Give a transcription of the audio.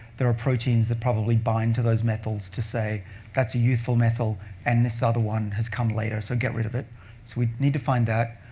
there are proteins that probably bind to those methyls to say that's a youthful methyl and this other one has come later, so get rid of it. so we need to find that.